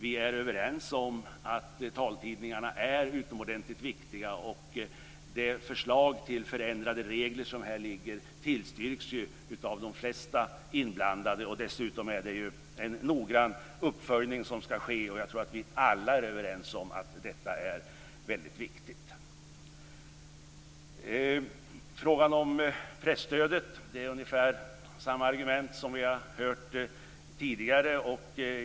Vi är överens om att taltidningarna är utomordentligt viktiga, och det förslag till förändrade regler som här ligger tillstyrks ju av de flesta inblandade. Dessutom är det en noggrann uppföljning som ska ske, och jag tror att vi alla är överens om att detta är viktigt. När det gäller presstödet är det ungefär samma argument som vi har hört tidigare.